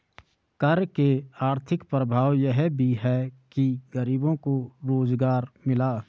कर के आर्थिक प्रभाव यह भी है कि गरीबों को रोजगार मिला